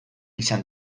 izan